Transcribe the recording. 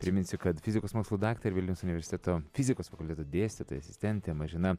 priminsiu kad fizikos mokslų daktarė vilniaus universiteto fizikos fakulteto dėstytoja asistentė mažina